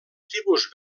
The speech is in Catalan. tribus